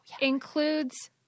includes